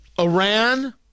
Iran